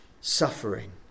suffering